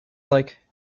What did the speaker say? like